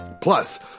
Plus